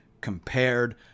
compared